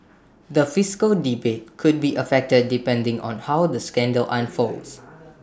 the fiscal debate could be affected depending on how the scandal unfolds